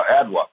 Adwa